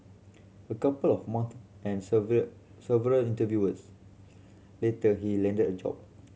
a couple of months and several several interviewers later he landed a job